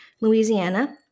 Louisiana